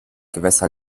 gewässer